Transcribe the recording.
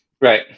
Right